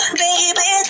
baby